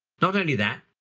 not only that,